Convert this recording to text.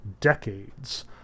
decades